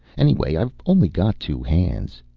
anyway, i've only got two hands